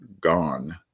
gone